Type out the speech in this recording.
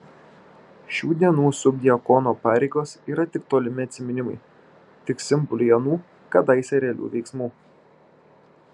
šių dienų subdiakono pareigos yra tik tolimi atsiminimai tik simboliai anų kadaise realių veiksmų